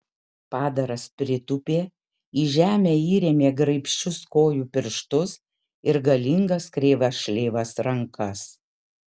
padaras pritūpė į žemę įrėmė graibščius kojų pirštus ir galingas kreivas šleivas rankas